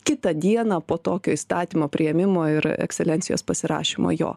kitą dieną po tokio įstatymo priėmimo ir ekscelencijos pasirašymo jo